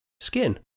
skin